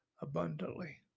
abundantly